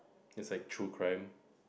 is like true crime